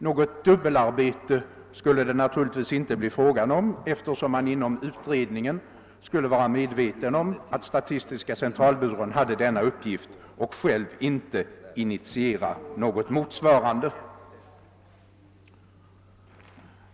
Något dubbelarbete blev det naturligtvis inte fråga om, eftersom man inom utredningen skulle veta att statistiska centralbyrån hade denna uppgift och själv inte skulle initiera något motsvarande.